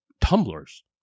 tumblers